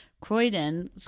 Croydon